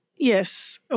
Yes